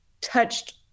touched